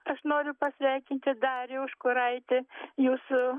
aš noriu pasveikinti darių užkuraitį jūsų